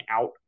out